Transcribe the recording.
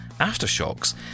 Aftershocks